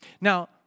Now